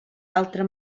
altre